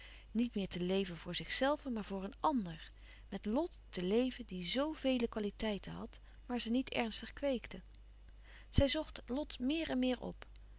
niet meer te leven voor zichzelve maar voor een ander met lot te leven die zoo vele kwaliteiten had maar ze niet ernstig kweekte zij zocht lot meer en meer op